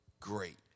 great